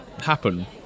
happen